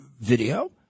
video